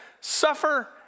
suffer